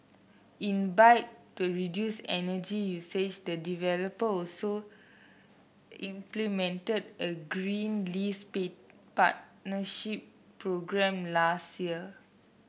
in bid to reduce energy usage the developer also implemented a green lease be partnership programme last year